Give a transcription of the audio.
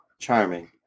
Charming